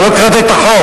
אתה לא קראת את החוק.